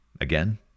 Again